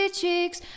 cheeks